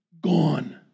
gone